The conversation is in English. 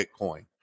Bitcoin